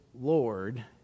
Lord